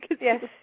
Yes